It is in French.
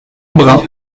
embrun